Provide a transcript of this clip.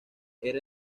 era